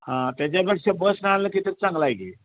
हां त्याच्यापेक्षा बसनं आलेलं किती तरी चांगला आहे की